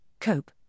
Cope